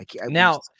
Now